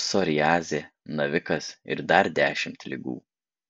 psoriazė navikas ir dar dešimt ligų